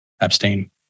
Abstain